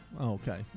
Okay